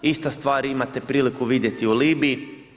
Ista stvar imate priliku vidjeti u Libiji.